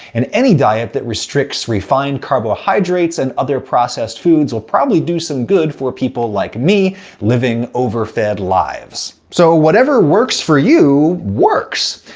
and any diet that restricts refined carbohydrates and other processed foods will probably do some good for people like me living over-fed lives. so, whatever works for you. works!